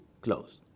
close